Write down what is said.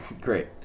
Great